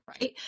right